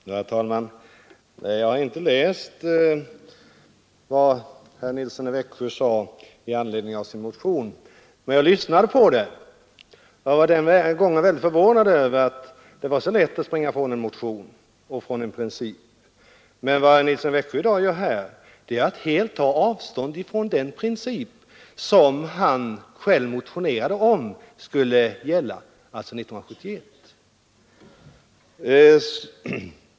Herr talman! Jag har inte läst vad herr Nilsson i Växjö sade i anledning av sin motion, men jag lyssnade på det, och jag var den gången väldigt förvånad över att det var så lätt att springa ifrån en motion och en princip. Vad herr Nilsson i Växjö gör i dag är att han helt tar avstånd från den princip som han själv motionerade om år 1971.